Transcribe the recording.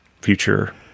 future